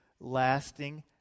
lasting